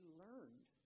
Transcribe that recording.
learned